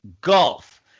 golf